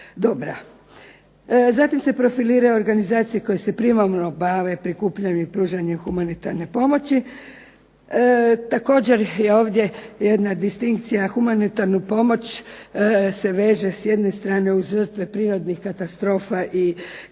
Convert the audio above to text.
Zatim se profiliraju organizacije koje se primarno bave prikupljanjem i pružanjem humanitarne pomoći, također je ovdje jedna distinkcija humanitarnu pomoć se veže s jedne strane uz žrtve prirodnih katastrofa i kriza